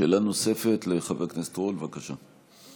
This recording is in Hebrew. שאלה נוספת לחבר הכנסת רול, בבקשה.